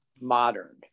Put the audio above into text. modern